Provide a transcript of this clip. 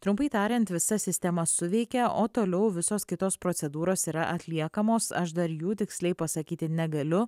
trumpai tariant visa sistema suveikė o toliau visos kitos procedūros yra atliekamos aš dar jų tiksliai pasakyti negaliu